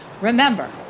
Remember